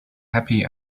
happy